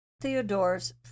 Theodore's